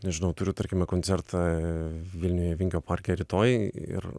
nežinau turiu tarkime koncertą vilniuje vingio parke rytoj ir